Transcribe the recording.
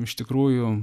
iš tikrųjų